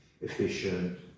efficient